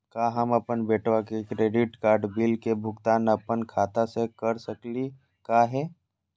का हम अपन बेटवा के क्रेडिट कार्ड बिल के भुगतान अपन खाता स कर सकली का हे?